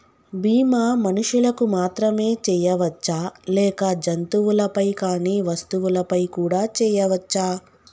బీమా మనుషులకు మాత్రమే చెయ్యవచ్చా లేక జంతువులపై కానీ వస్తువులపై కూడా చేయ వచ్చా?